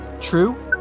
True